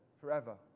forever